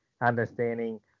understanding